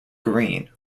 green